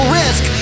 risk